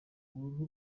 uruhu